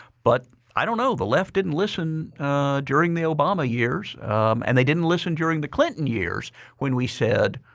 but i don't know. the left didn't listen during the obama years and they didn't listen during the clinton years when we said,